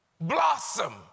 blossom